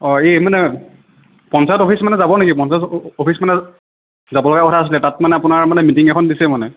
অ' এই মানে পঞ্চায়ত অফিচ মানে যাব নেকি পঞ্চায়ত অফিচ মানে যাব লগা কথা আছিল তাত মানে আপোনাৰ মানে মিটিং এখন দিছে মানে